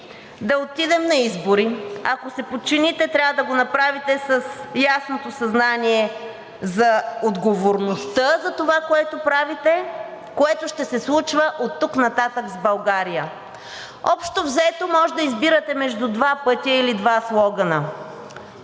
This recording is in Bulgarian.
да отидем на избори. Ако се подчините, трябва да го направите с ясното съзнание за отговорността за това, което правите, което ще се случва оттук нататък с България. Общо взето може да избирате между два пътя или два слогана: